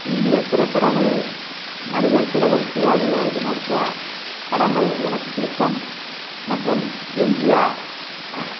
இந்திய திரைப்படங்களில் நடிகர் திலகம் சிவாஜி கணேசன் நடித்த படங்கள் எனக்கு பிடிக்கும் மற்றும் எம்ஜிஆர்